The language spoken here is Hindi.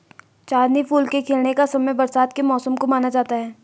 चांदनी फूल के खिलने का समय बरसात के मौसम को माना जाता है